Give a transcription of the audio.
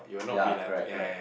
ya correct correct